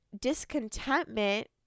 discontentment